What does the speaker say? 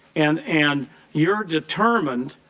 and and you're determined,